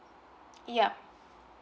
yeah